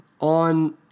on